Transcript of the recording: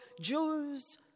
Jews